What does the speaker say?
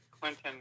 Clinton